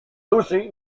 lucy